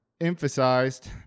emphasized